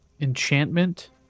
Enchantment